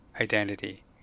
identity